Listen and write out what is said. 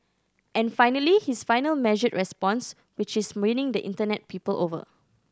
and finally his final measured response which is winning the Internet people over